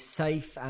safe